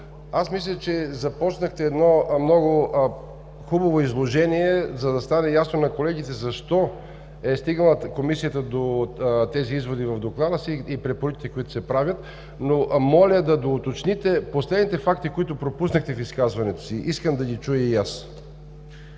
аз мисля, че започнахте едно много хубаво изложение, за да стане ясно на колегите защо е стигнала Комисията до тези изводи в Доклада си и препоръките, които се правят, но моля да доуточните последните факти, които пропуснахте в изказването си. Искам да ги чуя и аз.